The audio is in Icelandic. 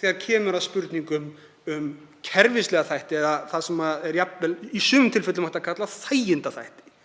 þegar kemur að spurningum um kerfislega þætti eða það sem mætti jafnvel í sumum tilfellum kalla þægindaþætti.